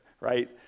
right